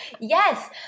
Yes